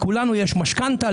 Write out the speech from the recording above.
לכולנו יש משכנתה,